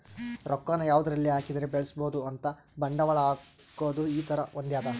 ರೊಕ್ಕ ನ ಯಾವದರಲ್ಲಿ ಹಾಕಿದರೆ ಬೆಳ್ಸ್ಬೊದು ಅಂತ ಬಂಡವಾಳ ಹಾಕೋದು ಈ ತರ ಹೊಂದ್ಯದ